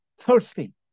thirsty